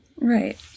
right